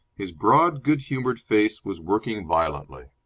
his broad, good-humoured face was working violently.